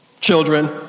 Children